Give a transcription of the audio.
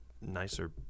nicer